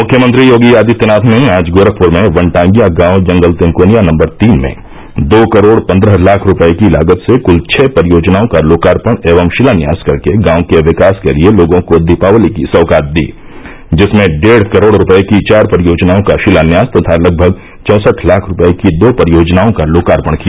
मुख्यमंत्री योगी आदित्यनाथ ने आज गोरखपुर में वनटांगियां गांव जंगल तिनकोनिया नम्बर तीन में दो करोड़ पन्द्रह रूपये की लागत से कुल छः परियोजनाओं का लोकार्पण एवं शिलान्यास कर के गांव के विकास के लिए लोगों को दीपावली की सैगात दी जिसमें डेढ़ करोड़ रूपये की चार परियोजनाओं का शिलान्यास तथा लगभग चौसठ लाख रूपये की दो परियोजनाओं का लोकार्पण किया